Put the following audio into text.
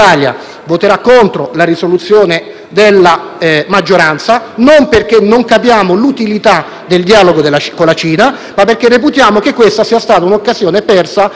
del dialogo con la Cina, ma perché reputiamo che questa sia stata un'occasione persa per porre sul tavolo, in sede europea e in sede nazionale, questi problemi.